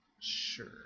sure